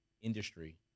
industry